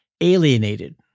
alienated